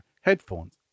headphones